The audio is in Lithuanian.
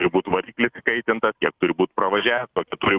turi būt variklis įkaitintas kiek turi būt pravažiavę kokia turi